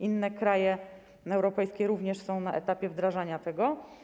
Inne kraje europejskie również są na etapie wdrażania tego.